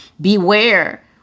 beware